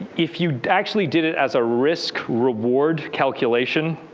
if you actually did it as a risk reward calculation,